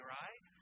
right